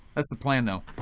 that's the plan though.